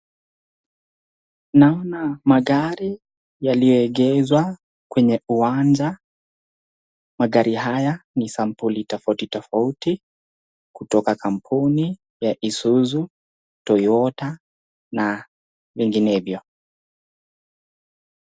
Naona magari yaliyoegeshwa kwenye uwanja, magari haya ni sampuli tofauti tofauti kutoka kampuni ya Isuzu, Toyota na vinginevyo.